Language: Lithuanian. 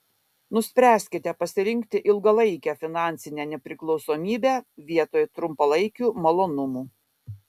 nuspręskite pasirinkti ilgalaikę finansinę nepriklausomybę vietoj trumpalaikių malonumų